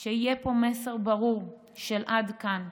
שיהיה פה מסר ברור של "עד כאן",